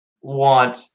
want